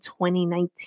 2019